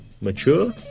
mature